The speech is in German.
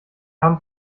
haben